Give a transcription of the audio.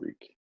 week